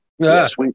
Yes